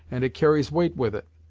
and it carries weight with it.